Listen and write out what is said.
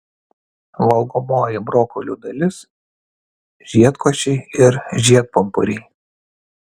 valgomoji brokolių dalis žiedkočiai ir žiedpumpuriai